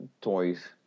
toys